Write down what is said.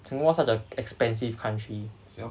singapore such a expensive country